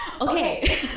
Okay